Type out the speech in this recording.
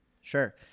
Sure